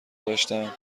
داشتم